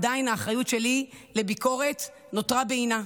עדיין האחריות שלי לביקורת נותרה בעינה.